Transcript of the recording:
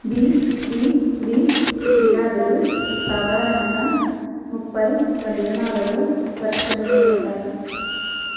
BBB ఫిర్యాదులు సాధారణంగా ముప్పై పని దినాలలో పరిష్కరించబడతాయ్